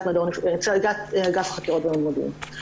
נציגת אגף החקירות במודיעין,